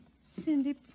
Cindy